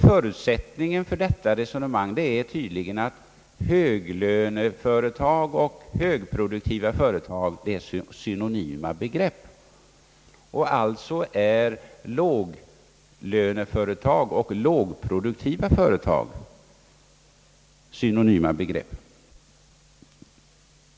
Förutsättningen för detta resonemang är tydligen att höglöneföretag och högproduktiva företag är synonyma begrepp. Alltså är låglöneföretag och lågproduktiva företag också synonyma begrepp.